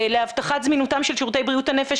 להבטחת זמינותם של שירותי בריאות הנפש,